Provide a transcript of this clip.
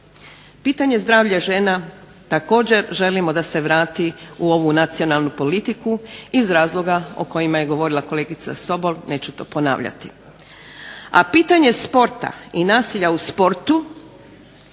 Pitanje zdravlja žena također želimo da se vrati u ovu nacionalnu politiku iz razloga o kojima je govorila kolegica Sobol, neću to ponavljati. A pitanje sporta i nasilja u sportu